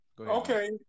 Okay